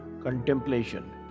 contemplation